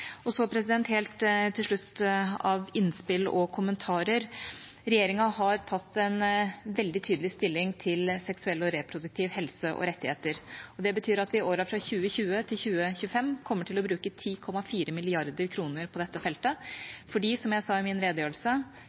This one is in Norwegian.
Helt til slutt, når det gjelder innspill og kommentarer, vil jeg si at regjeringa har tatt en veldig tydelig stilling til seksuell og reproduktiv helse og rettigheter. Det betyr at vi i årene fra 2020 til 2025 kommer til å bruke 10,4 mrd. kr på dette feltet, fordi, som jeg sa i min redegjørelse,